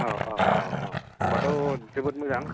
औ औ औ औ होनबाथ' जोबोत मोजां